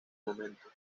momento